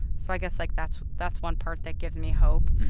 so i guess, like, that's that's one part that gives me hope.